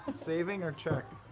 saving or check?